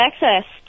access